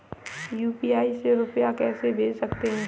UPI से रुपया कैसे भेज सकते हैं?